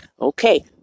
Okay